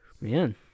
man